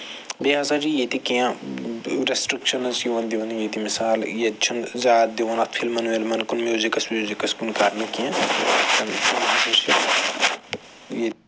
بیٚیہِ ہسا چھِ ییٚتہِ کیٚنٛہہ رٮ۪سٹِرٛکشَنٕز چھِ یِوان دِونہٕ ییٚتہِ مِثال ییٚتہِ چھُنہٕ زیادٕ دِوان اَتھ فِلمَن وِلمَن کُن میوٗزِکَس ویوٗزِکَس کُن کرنہٕ کیٚنٛہہ